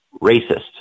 racist